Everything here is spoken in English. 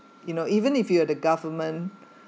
you know even if you're the government